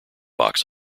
box